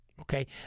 Okay